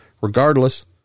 regardless